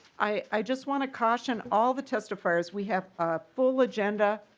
i just want to caution all the testifiers we have a full agenda.